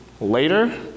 later